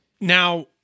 Now